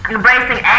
Embracing